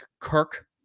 kirk